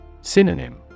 Synonym